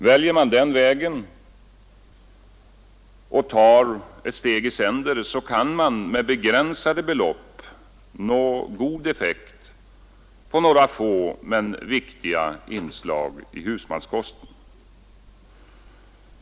Väljer man den vägen och tar ett steg i sänder kan man med begränsade belopp nå god effekt på några få men viktiga inslag i husmanskosten.